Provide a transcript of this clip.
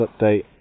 update